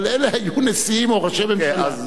אבל אלה היו נשיאים או ראשי ממשלה.